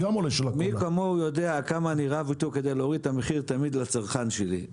מי כמוהו יודע כמה אני רב איתו כדי להוריד את המחיר תמיד לצרכן שלי.